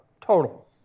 total